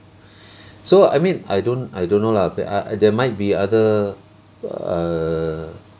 so I mean I don't I don't know lah but I there might be other err